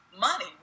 money